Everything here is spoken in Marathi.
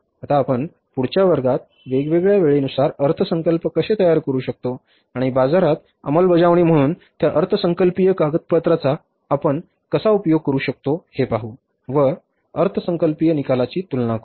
आता आपण पुढच्या वर्गात वेगवेगळ्या वेळेनुसार अर्थसंकल्प कसे तयार करू शकतो आणि बाजारात अंमलबजावणी म्हणून त्या अर्थसंकल्पीय कागदपत्रांचा आपण कसा उपयोग करू शकतो हे पाहू व व अर्थसंकल्पीय निकालांची तुलना करू